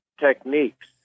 techniques